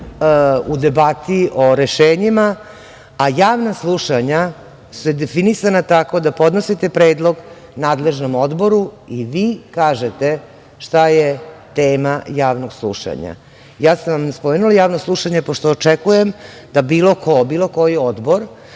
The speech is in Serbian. u debati o rešenjima, a javna slušanja su definisana tako da podnosite predlog nadležnom odboru i vi kažete šta je tema javnog slušanja. Ja sam vam spomenula javno slušanje, pošto očekujem da bilo ko, bilo koji odbor,